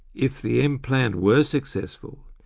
if the implant were successful,